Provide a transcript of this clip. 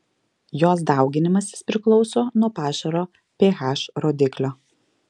jos dauginimasis priklauso nuo pašaro ph rodiklio